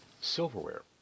silverware